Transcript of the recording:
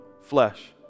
flesh